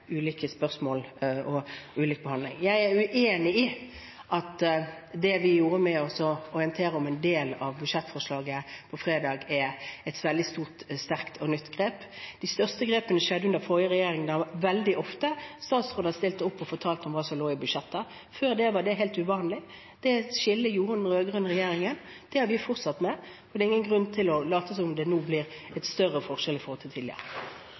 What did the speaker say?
ulike spørsmål og ulik behandling. Jeg er uenig i at det vi gjorde med å orientere om en del av budsjettforslaget på fredag, er et veldig sterkt og nytt grep. De største grepene skjedde under forrige regjering, da statsråder veldig ofte stilte opp og fortalte om hva som lå i budsjettet. Før det var det helt uvanlig. Det skillet gjorde den rød-grønne regjeringen, det har vi fortsatt med, og det er ingen grunn til å late som om det nå blir en større forskjell i forhold til tidligere.